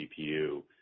GPU